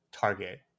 target